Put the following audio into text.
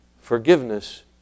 Forgiveness